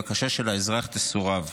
הבקשה של האזרח תסורב.